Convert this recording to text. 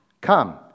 come